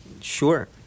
Sure